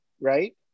right